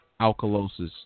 alkalosis